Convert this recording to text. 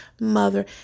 mother